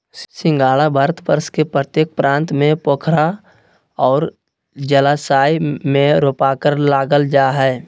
सिंघाड़ा भारतवर्ष के प्रत्येक प्रांत में पोखरा और जलाशय में रोपकर लागल जा हइ